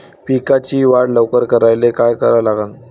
पिकाची वाढ लवकर करायले काय करा लागन?